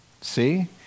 See